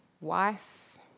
wife